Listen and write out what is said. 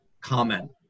comment